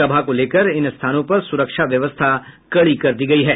सभा को लेकर इन स्थानों पर सुरक्षा व्यवस्था कड़ी कर दी गई है